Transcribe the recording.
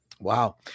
Wow